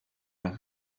aka